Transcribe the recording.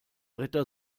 ritter